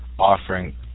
offering